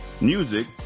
Music